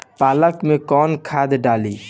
पालक में कौन खाद डाली?